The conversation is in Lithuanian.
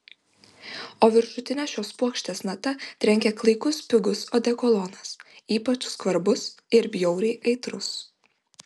o viršutine šios puokštės nata trenkė klaikus pigus odekolonas ypač skvarbus ir bjauriai aitrus